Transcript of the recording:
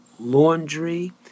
laundry